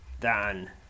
Dan